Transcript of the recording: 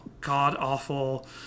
god-awful